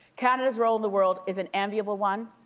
canada's role in the world is an amiable one.